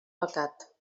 pecat